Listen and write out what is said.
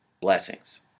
Blessings